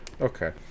Okay